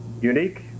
unique